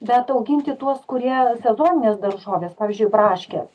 bet auginti tuos kurie sezoninės daržovės pavyzdžiui braškes